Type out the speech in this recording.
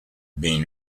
been